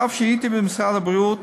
כשהייתי במשרד הבריאות